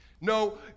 No